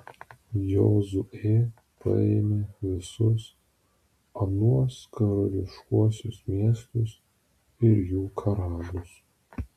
jozuė paėmė visus anuos karališkuosius miestus ir jų karalius